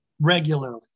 regularly